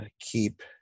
keep